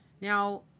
Now